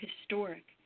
historic